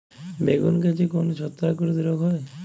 বেগুন গাছে কোন ছত্রাক ঘটিত রোগ হয়?